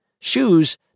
Shoes